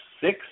six